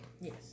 Yes